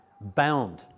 bound